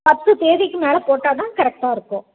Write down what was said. பத்து தேதிக்கு மேலே போட்டால்தான் கரெக்டாக இருக்கும்